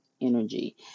energy